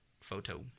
photo